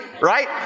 Right